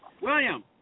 William